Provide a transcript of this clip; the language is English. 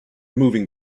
moving